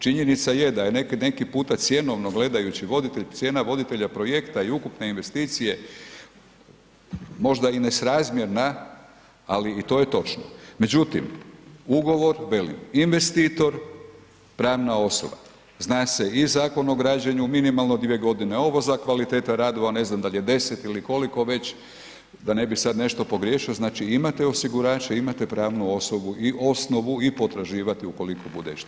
Činjenica je da je neki puta cjenovno gledajući voditelj, cijena voditelja projekta i ukupne investicije možda i nesrazmjerna ali i to je točno međutim ugovor velim, investitor, pravna osoba, zna se i Zakon o građenju, minimalno 2 g. ovo, za kvalitetu radova ne znam dal' je 10 ili koliko već, da ne bi sad nešto pogriješio, znači osigurače, imate pravnu osobu i osnovu i potraživati ukoliko bude i šteta.